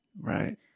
right